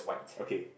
okay